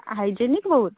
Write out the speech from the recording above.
hygienic ବହୁତ